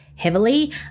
heavily